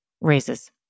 raises